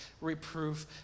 reproof